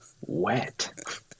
wet